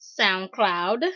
SoundCloud